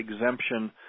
exemption